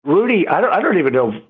rudy, i don't i don't even know.